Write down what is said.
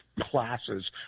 classes